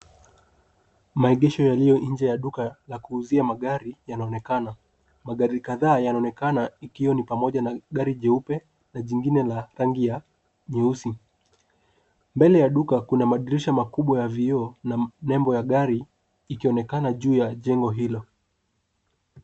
Maegesho yaliyo inje ya duka la kuuzia magari yanaonekana. Magari kadhaa yanaonekana ikiwa ni pamoja na gari jeupe na jingine la rangi ya nyeusi. Mbele ya duka kuna madirisha makubwa ya vioo, na nembo ya gari ikionekana juu ya jengo hilo.